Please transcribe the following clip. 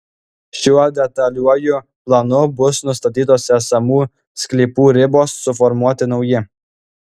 šiuo detaliuoju planu bus nustatytos esamų sklypų ribos suformuoti nauji